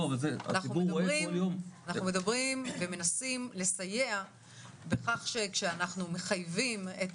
אנחנו מנסים לסייע בכך שכשאנחנו מחייבים את